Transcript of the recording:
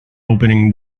opening